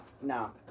no